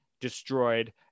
destroyed